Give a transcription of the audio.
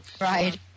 Right